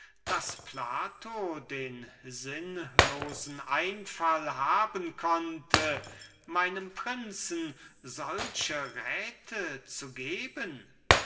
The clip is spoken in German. daß plato den sinnlosen einfall haben konnte meinem prinzen solche räte zu geben